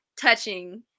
touching